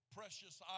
precious